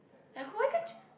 like why can't you